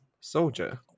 soldier